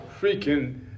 freaking